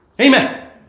Amen